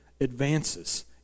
advances